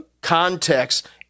context